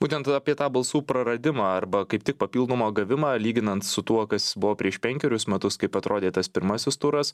būtent apie tą balsų praradimą arba kaip tik papildomą gavimą lyginant su tuo kas buvo prieš penkerius metus kaip atrodė tas pirmasis turas